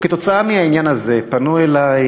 כתוצאה מהעניין הזה פנו אלי